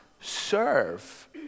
serve